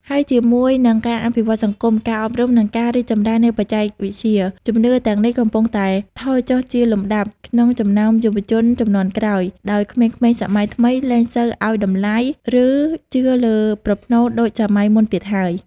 ហើយជាមួយនឹងការអភិវឌ្ឍន៍សង្គម ការអប់រំ និងការរីកចម្រើននៃបច្ចេកវិទ្យា ជំនឿទាំងនេះកំពុងតែថយចុះជាលំដាប់ក្នុងចំណោមយុវជនជំនាន់ក្រោយ ដោយក្មេងៗសម័យថ្មីលែងសូវឲ្យតម្លៃ ឬជឿលើប្រផ្នូលដូចសម័យមុនទៀតហើយ។